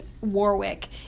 Warwick